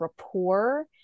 rapport